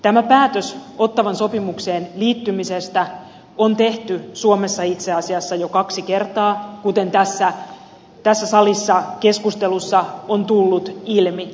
tämä päätös ottawan sopimukseen liittymisestä on tehty suomessa itse asiassa jo kaksi kertaa kuten tässä salissa keskustelussa on tullut ilmi